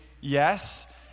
yes